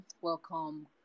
Welcome